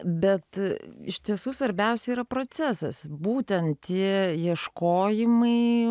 bet iš tiesų svarbiausia yra procesas būtent tie ieškojimai